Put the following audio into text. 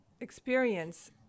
experience